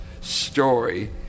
story